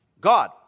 God